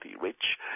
rich